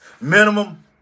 minimum